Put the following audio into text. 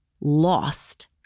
lost